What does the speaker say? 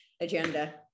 agenda